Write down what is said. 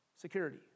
security